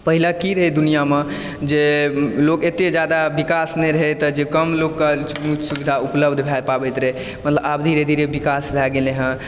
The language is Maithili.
पहिले कि रहै दुनिऑंमे जे लोक एते जादा विकास नहि रहै तऽ जे कम लोक के सुविधा उपलब्ध भए पाबैत रहै मतलब आब धीरे धीरे विकास भए गेलै हँ